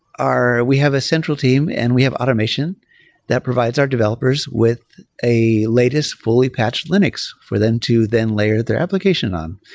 we have a central team and we have automation that provides our developers with a latest, fully-patched linux for them to then layer their application on.